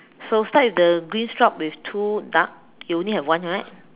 so start with the green shop with two duck you only have one right